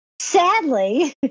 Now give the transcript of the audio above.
Sadly